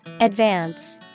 Advance